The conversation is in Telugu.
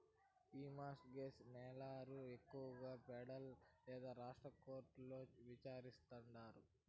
ఈ మార్ట్ గేజ్ నేరాలు ఎక్కువగా పెడరల్ లేదా రాష్ట్ర కోర్టుల్ల విచారిస్తాండారు